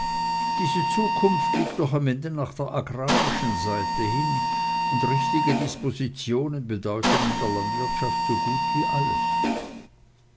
diese zukunft liegt doch am ende nach der agrarischen seite hin und richtige dispositionen bedeuten in der landwirtschaft so gut wie alles